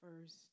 first